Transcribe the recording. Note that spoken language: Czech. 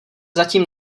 zatím